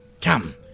Come